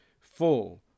full